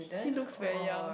he looks very young